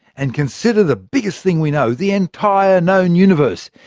and consider the biggest thing we know the entire known universe.